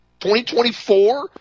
2024